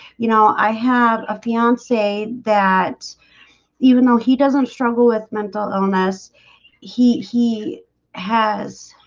you know i have a fiance that even though he doesn't struggle with mental illness he he has